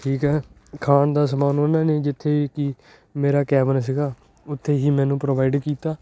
ਠੀਕ ਆ ਖਾਣ ਦਾ ਸਮਾਨ ਉਹਨਾਂ ਨੇ ਜਿੱਥੇ ਕਿ ਮੇਰਾ ਕੈਬਿਨ ਸੀਗਾ ਉੱਥੇ ਹੀ ਮੈਨੂੰ ਪ੍ਰੋਵਾਈਡ ਕੀਤਾ